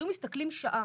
היו מסתכלים שעה.